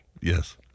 yes